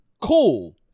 cool